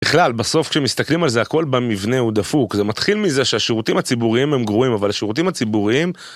בכלל, בסוף כשמסתכלים על זה, הכל במבנה הוא דפוק. זה מתחיל מזה שהשירותים הציבוריים הם גרועים, אבל השירותים הציבוריים...